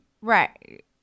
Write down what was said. right